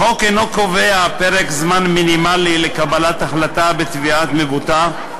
החוק אינו קובע פרק זמן מינימלי לקבלת החלטה בתביעת מבוטח.